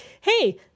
hey